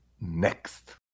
next